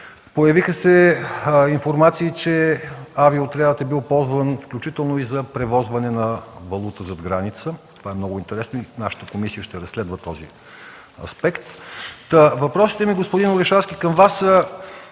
Появиха се информации, че Авиоотрядът е бил ползван включително за превозване на валута зад граница – това е много интересно и нашата комисия ще разследва този аспект. Въпросите ми, господин Орешарски, към Вас са: